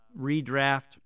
redraft